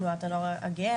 תנועת הנוער הגאה,